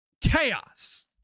chaos